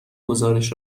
گزارش